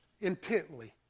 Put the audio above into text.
intently